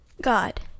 God